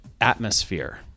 Atmosphere